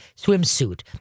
swimsuit